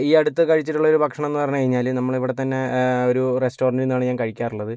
ഈ അടുത്ത് കഴിച്ചിട്ടുള്ളൊരു ഭക്ഷണം എന്ന് പറഞ്ഞ് കഴിഞ്ഞാല് നമ്മളെ ഇവിടെ തന്നെ ഒരു റസ്റ്റോറന്റിൽനിന്നാണ് ഞാൻ കഴിക്കാറുള്ളത്